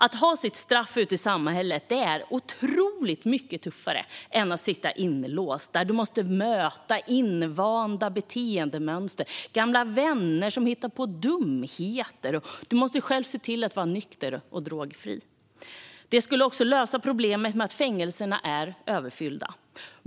Att avtjäna sitt straff ute i samhället är otroligt mycket tuffare än att sitta inlåst. Du måste möta invanda beteendemönster och gamla vänner som gör dumheter, och du måste själv se till att vara nykter och drogfri. Detta skulle också lösa problemet med överfulla fängelser.